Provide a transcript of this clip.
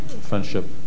friendship